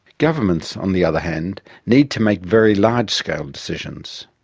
governments, on the other hand, need to make very large-scale decisions.